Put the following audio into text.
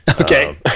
Okay